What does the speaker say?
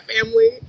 family